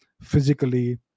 physically